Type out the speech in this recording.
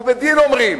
ובדין אומרים: